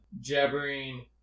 jabbering